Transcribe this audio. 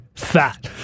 Fat